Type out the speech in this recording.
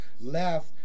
left